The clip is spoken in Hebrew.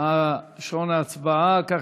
אמיר אוחנה, יואב קיש,